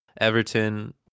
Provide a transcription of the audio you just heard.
Everton